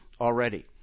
Already